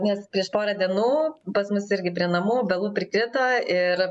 nes prieš porą dienų pas mus irgi prie namo obelų prikrito ir